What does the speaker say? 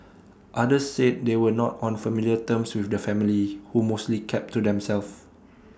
others said they were not on familiar terms with the family who mostly kept to themselves